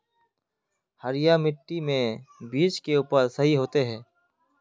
हरिया मिट्टी में बीज के उपज सही होते है?